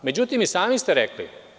Međutim, i sami ste rekli.